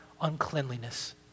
uncleanliness